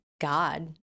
God